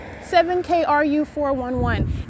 7KRU411